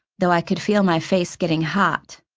though i could feel my face getting hot,